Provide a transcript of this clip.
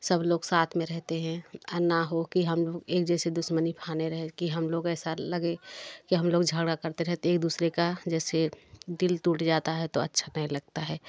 सब लोग साथ में रहते हैं ना हो कि हम एक जैसे दुश्मनी बहाने रहे कि हम लोग ऐसा लगे कि हम लोग झगड़ा करते रहते हैं एक दूसरे का जैसे दिल टूट जाता है तो अच्छा नहीं लगता है